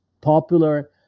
popular